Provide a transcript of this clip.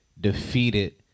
defeated